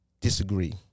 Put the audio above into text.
disagree